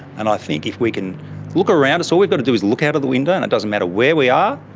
and i think if we can look around us, all we've got to do is look out of the window and it doesn't matter where we are,